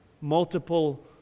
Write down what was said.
multiple